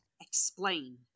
Explain